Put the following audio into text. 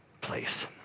place